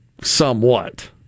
somewhat